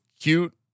cute